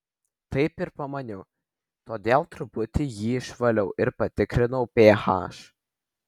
taip ir pamaniau todėl truputį jį išvaliau ir patikrinau ph